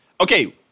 Okay